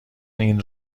این